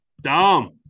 Dumb